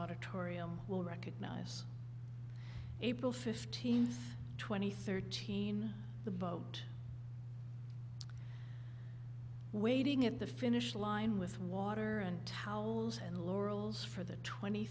auditorium will recognize april fifteenth two thousand and thirteen the boat waiting at the finish line with water and towels and laurels for the twenty